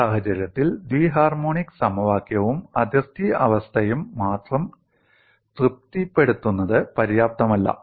ഈ സാഹചര്യത്തിൽ ദ്വി ഹാർമോണിക് സമവാക്യവും അതിർത്തി അവസ്ഥയും മാത്രം തൃപ്തിപ്പെടുത്തുന്നത് പര്യാപ്തമല്ല